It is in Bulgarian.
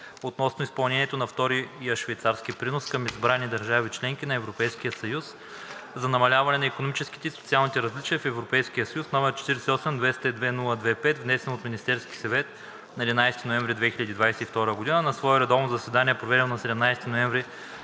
относно изпълнението на Втория швейцарски принос към избрани държави – членки на Европейския съюз, за намаляване на икономическите и социалните различия в Европейския съюз, № 48-202-02-5, внесен от Министерския съвет на 11 ноември 2022 г. На свое редовно заседание, проведено на 17 ноември